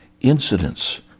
incidents